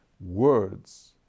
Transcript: words